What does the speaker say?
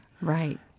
Right